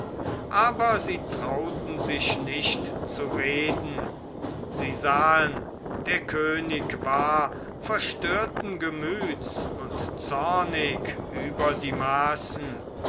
aber sie trauten sich nicht zu reden sie sahen der könig war verstörten gemüts und zornig über die maßen